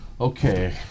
okay